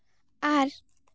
ᱟᱨ